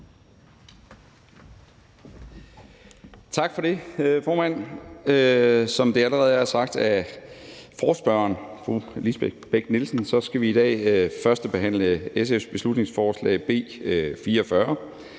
Tak for det, formand. Som det allerede er sagt af ordføreren for forslagsstillerne, fru Lisbeth Bech-Nielsen, skal vi i dag førstebehandle SF's beslutningsforslag nr.